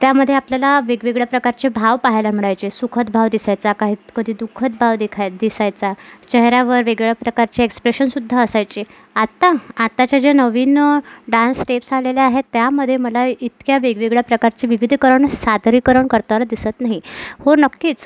त्यामध्ये आपल्याला वेगवेगळ्या प्रकारचे भाव पाहायला मिळायचे सुखद भाव दिसायचा काहींत कधी दुखःद भाव दिखाय दिसायचा चेहऱ्यावर वेगळ्या प्रकारचे एक्सप्रेशनसुद्धा असायचे आत्ता आत्ताच्या ज्या नवीन डान्स स्टेप्स आलेल्या आहेत त्यामध्ये मला इतक्या वेगवेगळ्या प्रकारची विविधीकरण सादरीकरण करताना दिसत नाही हो नक्कीच